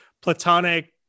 platonic